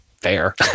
fair